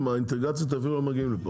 האינטגרציות הם אפילו לא מגיעים לפה.